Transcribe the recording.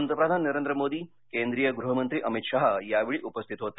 पंतप्रधान नरेंद्र मोदी केंद्रीय गृहमंत्री अमित शहा यावेळी उपस्थित होते